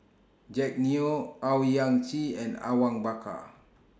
Jack Neo Owyang Chi and Awang Bakar